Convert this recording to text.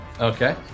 Okay